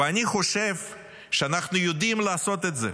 ואני חושב שאנחנו יודעים לעשות את זה,